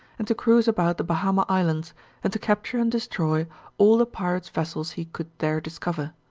and to cruise about the bahama islands and to capture and destroy all the pirates' vessels he could there discover.